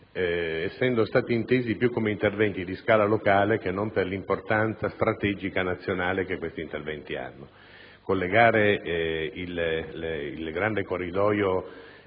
sono stati intesi più come interventi di scala locale che non per l'importanza strategica nazionale che rivestono.